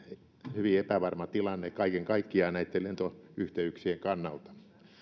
hyvin epävarma tilanne kaiken kaikkiaan näitten lentoyhteyksien kannalta